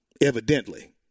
evidently